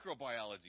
microbiology